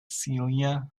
celia